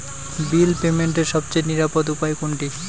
বিল পেমেন্টের সবচেয়ে নিরাপদ উপায় কোনটি?